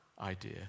idea